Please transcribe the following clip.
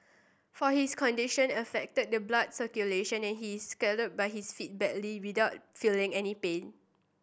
for his condition affected the blood circulation and he scalded but his feet badly without feeling any pain